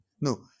No